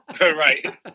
Right